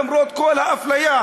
למרות כל האפליה,